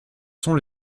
sont